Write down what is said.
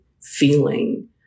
feeling